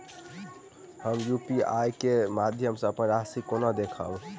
हम यु.पी.आई केँ माध्यम सँ अप्पन राशि कोना देखबै?